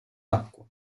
acqua